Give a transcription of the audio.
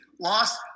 lost